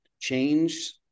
change